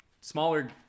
smaller